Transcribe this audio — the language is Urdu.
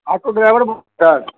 آٹو ڈرائیور بول رہے